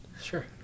Sure